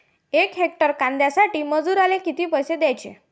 यक हेक्टर कांद्यासाठी मजूराले किती पैसे द्याचे?